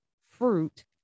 fruit